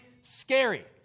scary